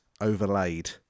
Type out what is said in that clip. overlaid